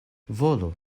volu